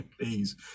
Please